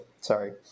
sorry